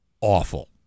awful